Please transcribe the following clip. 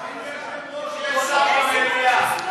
אין שר, אדוני היושב-ראש,